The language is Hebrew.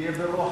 שתהיה בא-רוחה,